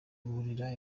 kuhira